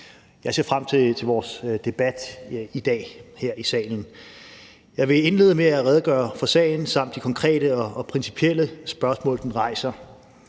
Jeg ser frem til vores debat her i salen i dag. Jeg vil indlede med at redegøre for sagen samt de konkrete og principielle spørgsmål, den rejser.